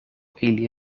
ili